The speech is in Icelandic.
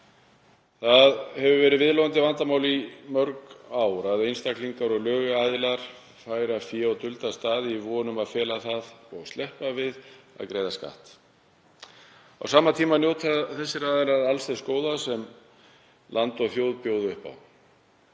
Það hefur verið viðloðandi vandamál í mörg ár að einstaklingar og lögaðilar færi fé á dulda staði í von um að fela það og sleppa við að greiða skatt. Á sama tíma njóta þessir aðilar alls þess góða sem land og þjóð bjóða upp á.